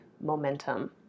momentum